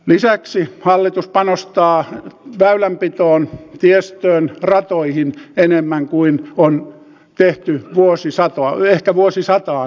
lisäksi hallitus panostaa väylänpitoon tiestöön ratoihin enemmän kuin on tehty ehkä vuosisataan